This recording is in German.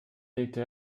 legte